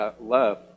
love